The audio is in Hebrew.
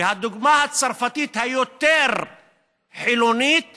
והדוגמה הצרפתית, החילונית יותר,